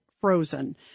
frozen